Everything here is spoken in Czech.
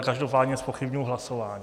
Každopádně zpochybňuji hlasování.